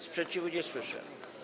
Sprzeciwu nie słyszę.